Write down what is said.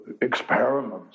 experiments